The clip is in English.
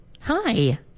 Hi